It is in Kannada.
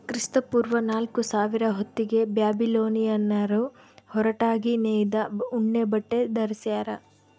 ಕ್ರಿಸ್ತಪೂರ್ವ ನಾಲ್ಕುಸಾವಿರ ಹೊತ್ತಿಗೆ ಬ್ಯಾಬಿಲೋನಿಯನ್ನರು ಹೊರಟಾಗಿ ನೇಯ್ದ ಉಣ್ಣೆಬಟ್ಟೆ ಧರಿಸ್ಯಾರ